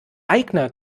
aigner